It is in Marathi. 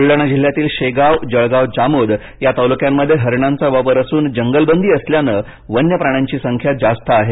बुलडाणा जिल्ह्यातील शेगाव जळगाव जामोद या तालुक्यांमध्ये हरिणांचा वावर असून जंगलबंदी असल्याने वन्य प्राण्यांची संख्या जास्त आहे